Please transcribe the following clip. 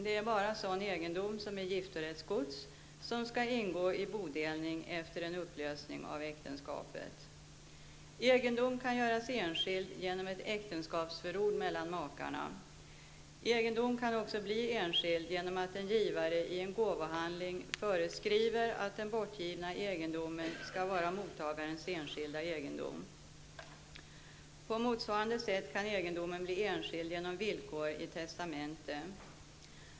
Det är bara sådan egendom som är giftorättsgods som skall ingå i bodelning efter en upplösning av äktenskapet. Egendom kan göras enskild genom ett äktenskapsförord mellan makarna. Egendom kan också bli enskild genom att en givare i en gåvohandling föreskriver att den bortgivna egendomen skall vara mottagarens enskilda egendom. På motsvarande sätt kan egendomen bli enskild genom villkor i testamente.